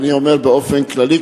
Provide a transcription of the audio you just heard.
אני אומר באופן כללי,